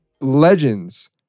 legends